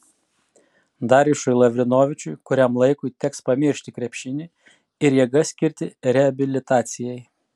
darjušui lavrinovičiui kuriam laikui teks pamiršti krepšinį ir jėgas skirti reabilitacijai